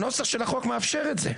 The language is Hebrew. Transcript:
הנוסח של החוק מאפשר את זה,